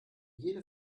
jede